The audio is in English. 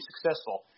successful